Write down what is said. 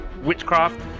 witchcraft